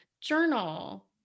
journal